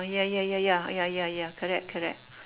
ya ya ya ya ya ya ya correct correct